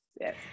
yes